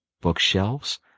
bookshelves